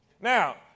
Now